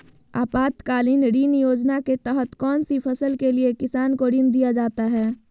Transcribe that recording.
आपातकालीन ऋण योजना के तहत कौन सी फसल के लिए किसान को ऋण दीया जाता है?